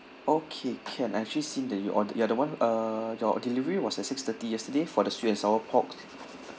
okay can I actually seen that you or~ you're the one uh your delivery was at six-thirty yesterday for the sweet and sour pork